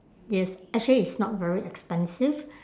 yes actually it's not very expensive